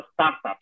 startups